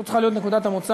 זו צריכה להיות נקודת המוצא.